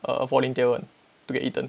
uh volunteer [one] to get eaten